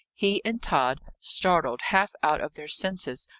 he and tod, startled half out of their senses,